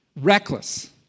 reckless